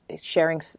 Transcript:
sharing